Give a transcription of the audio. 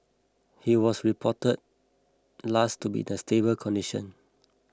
he was report last to be in a stable condition